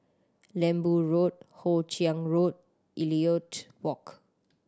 Lembu Road Hoe Chiang Road Elliot Walk